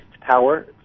power